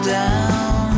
down